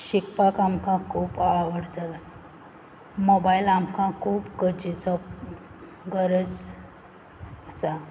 शिकपाक आमकां खूब आवड जाला मोबायल आमकां खूब गरजेचो गरज आसा